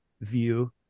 view